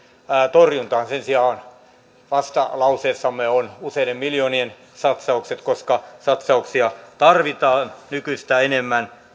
torjuntaan sen sijaan vastalauseessamme on useiden miljoonien satsaukset koska satsauksia tarvitaan nykyistä enemmän